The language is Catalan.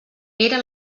era